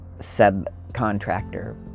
subcontractor